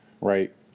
right